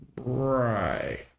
Right